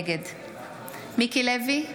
נגד מיקי לוי,